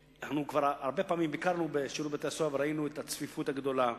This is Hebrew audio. הרבה פעמים ביקרנו בשירות בתי-הסוהר וראינו את הצפיפות הגדולה,